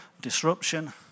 disruption